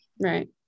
Right